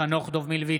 חנוך דב מלביצקי,